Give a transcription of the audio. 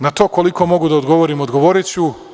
Na to koliko mogu da odgovorim, odgovoriću.